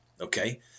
Okay